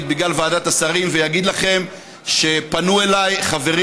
בגלל ועדת השרים ואגיד לכם שפנו אליי חברים